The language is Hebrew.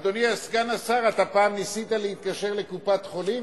אדוני סגן השר, אתה פעם ניסית להתקשר לקופת-חולים